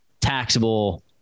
taxable